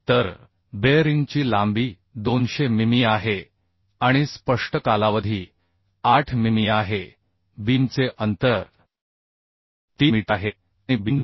तर बेअरिंगची लांबी 200 मिमी आहे आणि स्पष्ट कालावधी 8 मिमी आहे बीमचे अंतर 3 मीटर आहे आणि बीम 4